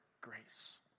grace